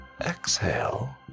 Exhale